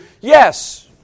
yes